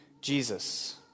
Jesus